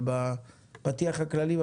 בפתיח הכללי,